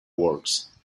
works